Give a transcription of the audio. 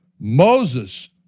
Moses